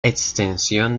extensión